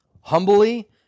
humbly